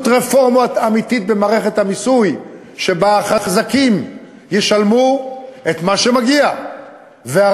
רפורמה אמיתית במערכת המיסוי שבה החזקים ישלמו את מה שמגיע מהם,